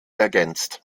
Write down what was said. ergänzt